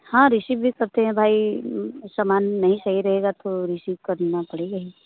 हाँ रिसीव भी करते है भाई सामान नहीं सही रहेगा तो रिसीव करना पड़ेगा ही